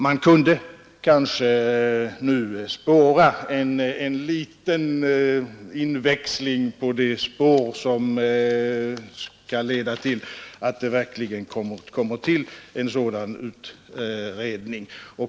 Man kunde nu kanske skönja en liten inväxling på det spår som skall leda till att det verkligen kommer till stånd en utredning.